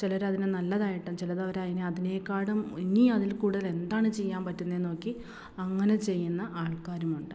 ചിലർ അതിനെ നല്ലതായിട്ടും ചിലത് അവരെ അതിന് അതിനേക്കാളും ഇനി അതിൽ കൂടുതൽ എന്താണ് ചെയ്യാൻ പറ്റുന്നതെന്ന് നോക്കി അങ്ങനെ ചെയ്യുന്ന ആൾക്കാരുമുണ്ട്